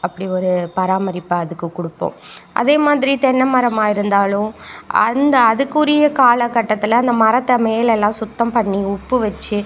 அப்படி ஒரு பராமரிப்பை அதுக்குக் கொடுப்போம் அதே மாதிரி தென்னை மரமாக இருந்தாலும் அந்த அதுக்குரிய காலக்கட்டத்தில் அந்த மரத்தை மேலேலாம் சுத்தம் பண்ணி உப்பு வச்சு